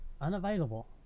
Unavailable